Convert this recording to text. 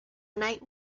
night